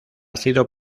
sido